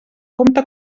compte